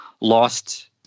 lost